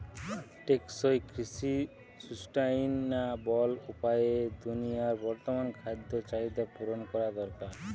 টেকসই কৃষি সুস্টাইনাবল উপায়ে দুনিয়ার বর্তমান খাদ্য চাহিদা পূরণ করা দরকার